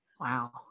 Wow